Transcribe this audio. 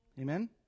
Amen